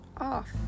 off